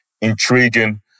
Intriguing